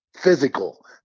physical